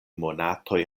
monatoj